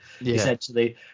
essentially